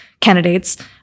candidates